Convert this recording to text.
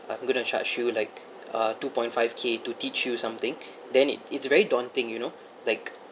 I'm going to charge you like uh two point five K to teach you something then it it's very daunting you know like